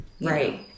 right